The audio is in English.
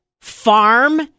Farm